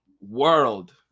world